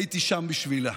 הייתי שם בשבילה.